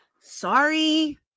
Sorry